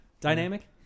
dynamic